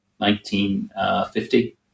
1950